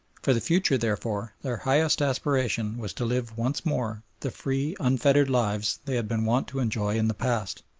for the future, therefore, their highest aspiration was to live once more the free, unfettered lives they had been wont to enjoy in the past.